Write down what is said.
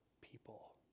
people